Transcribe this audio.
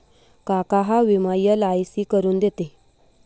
काका हा विमा एल.आय.सी करून देते